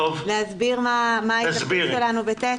להסביר לגבי (ט)?